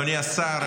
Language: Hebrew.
אדוני השר,